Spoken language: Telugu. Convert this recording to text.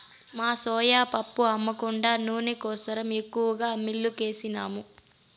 మా సోయా పప్పు అమ్మ కుండా నూనె కోసరం ఎక్కువగా మిల్లుకేసినాము